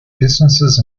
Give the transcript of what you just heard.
businesses